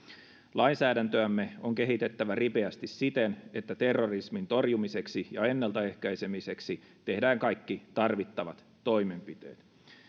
lainsäädäntöämme on kehitettävä ripeästi siten että terrorismin torjumiseksi ja ennaltaehkäisemiseksi tehdään kaikki tarvittavat toimenpiteet